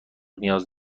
نیاز